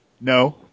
No